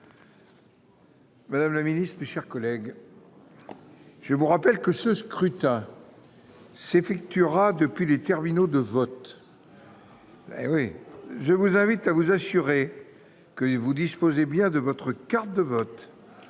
sur ce texte. Mes chers collègues, je vous rappelle que ce scrutin s'effectuera depuis les terminaux de vote. Je vous invite donc à vous assurer que vous disposez bien de votre carte de vote